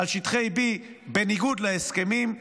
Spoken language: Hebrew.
על שטחי B בניגוד להסכמים,